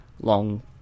long